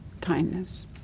kindness